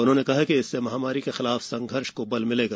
उन्होंने कहा कि इससे महामारी के खिलाफ संघर्ष को बल मिलेगा